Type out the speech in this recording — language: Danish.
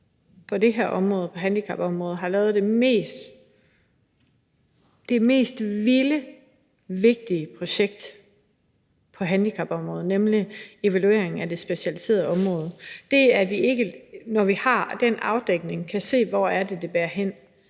ministeren på handicapområdet har lavet det mest vilde, vigtige projekt på handicapområdet, nemlig evalueringen af det specialiserede område. Så det er ikke, at vi, når vi har den afdækning, ikke kan se, hvor det er, det bærer hen.